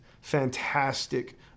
fantastic